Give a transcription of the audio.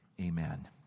Amen